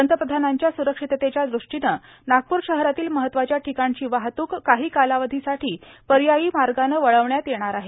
पंतप्रधानांच्या सुरक्षिततेच्या दृष्टीनं नागपूर शहरातील महत्वाच्या ठिकाणची वाहतूक काही कालावधी साठी पर्यायी मार्गानं वळविण्यात येणार आहे